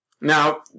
Now